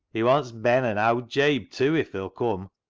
he wants ben an' owd jabe tew, if they'll cum.